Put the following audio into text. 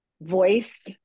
voice